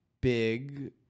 big